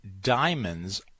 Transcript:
diamonds